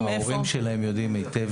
ההורים שלהם יודעים היטב